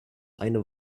eine